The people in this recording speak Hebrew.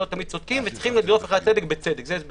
הסבר